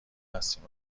هستیم